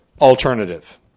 alternative